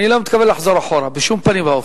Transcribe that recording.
אני לא מתכוון לחזור אחורה בשום פנים ואופן.